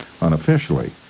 unofficially